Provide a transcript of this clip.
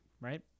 Right